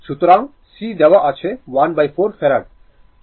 সুতরাং c দেওয়া আছে 14 ফ্যারাড